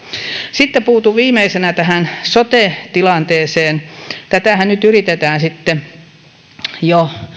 sitten puutun viimeisenä sote tilanteeseen tätähän nyt sitten yritetään jo